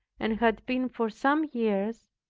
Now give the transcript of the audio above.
and had been for some years,